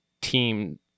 team